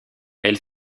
elle